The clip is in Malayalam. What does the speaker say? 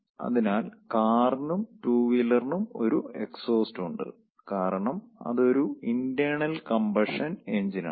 അതിനാൽ കാറിനും 2 വീലറിനും ഒരു എക്സ്ഹോസ്റ്റ് ഉണ്ട് കാരണം അത് ഒരു ഇൻ്റേണൽ കംബഷൻ എഞ്ചിൻ ആണ്